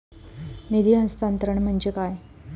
निधी हस्तांतरण म्हणजे काय?